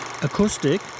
acoustic